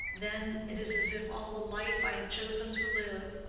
then it is as if all the life i have chosen to live,